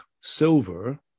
silver